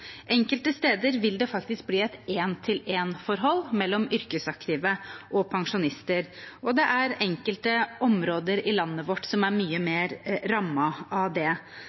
faktisk bli et én-til-én-forhold mellom yrkesaktive og pensjonister, og det er enkelte områder i landet vårt som er mye mer rammet av det.